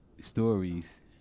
stories